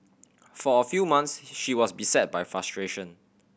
for a few months she was beset by frustration